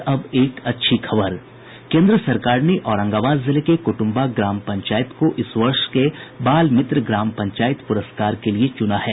और अब एक अच्छी खबर केंद्र सरकार ने औरंगाबाद जिले के कुटुंबा ग्राम पंचायत को इस वर्ष के बाल मित्र ग्राम पंचायत पुरस्कार के लिए चुना है